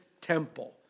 temple